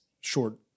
short